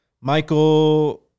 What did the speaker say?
Michael